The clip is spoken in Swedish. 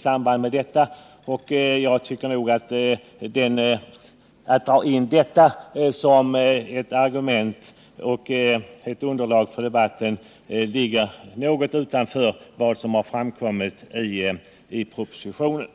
Och när man tar in denna fråga som ett argument i och underlag för debatten har man gått utanför vad som behandlas i propositionen.